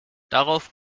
darauf